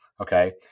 Okay